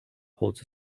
holds